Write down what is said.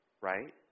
right